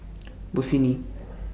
Bossini